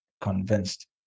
convinced